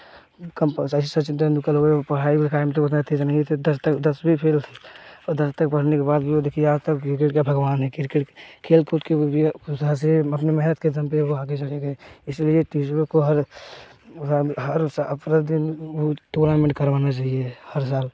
कम सचिन तेंदुलकर वह पढ़ाई लिखाई में तो उतना तेज़ नहीं थे दस दसवीं फेल थे दस तक पढ़ने के बाद भी वह देखिए आज तक क्रिकेट का भगवान हैं क्रिकेट खेल कूद की वजह से अपनी मेहनत की दम पर वह आगे चले गए इसलिए टीचर को हर हर प्रतिदिन टूर्नामेंट करवाना चाहिए हर साल